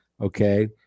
Okay